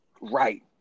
Right